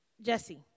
Jesse